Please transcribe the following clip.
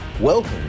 Welcome